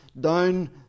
down